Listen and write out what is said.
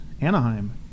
Anaheim